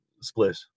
split